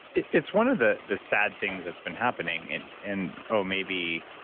it's one of the the sad things that's been happening in in um maybe,